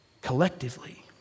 Collectively